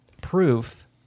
proof